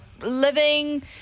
living